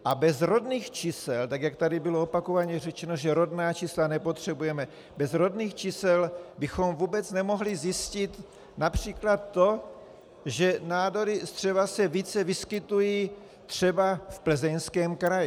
A bez rodných čísel, tak jak tady bylo opakovaně řečeno, že rodná čísla nepotřebujeme, bez rodných čísel bychom vůbec nemohli zjistit například to, že nádory střeva se více vyskytují třeba v Plzeňském kraji.